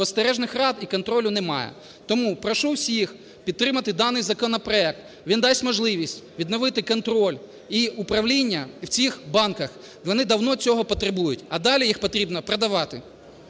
спостережних рад і контролю немає. Тому прошу всіх підтримати даний законопроект. Він дасть можливість відновити контроль і управління в цих банках, вони давно цього потребують, а далі їх потрібно продавати.